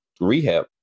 rehab